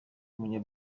w’umunya